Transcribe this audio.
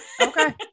okay